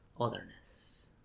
otherness